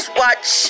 watch